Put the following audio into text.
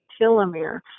telomere